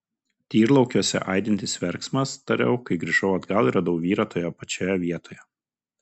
tyrlaukiuose aidintis verksmas tariau kai grįžau atgal ir radau vyrą toje pačioje vietoje